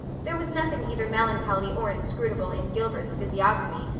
there was nothing either melancholy or inscrutable in gilbert's physiognomy,